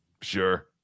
Sure